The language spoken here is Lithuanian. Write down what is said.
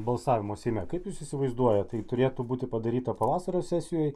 balsavimo seime kaip jūs įsivaizduojat tai turėtų būti padaryta pavasario sesijoj